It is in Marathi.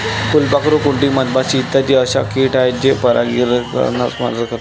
फुलपाखरू, कुंडी, मधमाशी इत्यादी अशा किट आहेत जे परागीकरणास मदत करतात